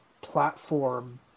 platform